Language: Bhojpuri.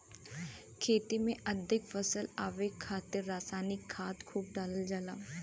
खेती में अधिक फसल उगावे खातिर रसायनिक खाद खूब डालल जाला